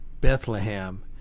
Bethlehem